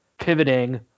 pivoting